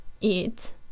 eat